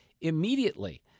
immediately